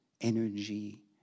energy